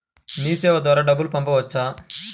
మీసేవ ద్వారా డబ్బు పంపవచ్చా?